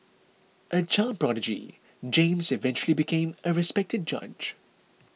a child prodigy James eventually became a respected judge